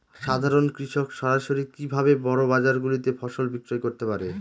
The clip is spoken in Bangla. সাধারন কৃষক সরাসরি কি ভাবে বড় বাজার গুলিতে ফসল বিক্রয় করতে পারে?